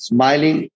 Smiling